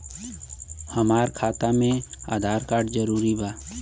हमार खाता में आधार कार्ड जरूरी बा?